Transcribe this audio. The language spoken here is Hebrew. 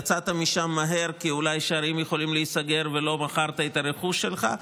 יצאת משם מהר כי אולי השערים יכולים להיסגר ולא מכרת את הרכוש שלך?